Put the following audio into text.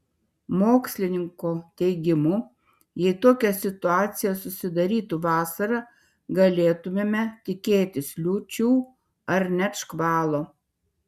mokslininko teigimu jei tokia situacija susidarytų vasarą galėtumėme tikėtis liūčių ar net škvalo